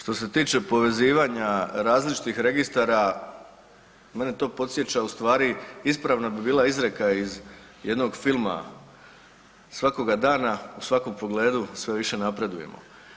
Što se tiče povezivanja različitih registara mene to podsjeća u stvari, ispravna bi bila izreka iz jednog filma „svakoga dana u svakom pogledu sve više napredujemo“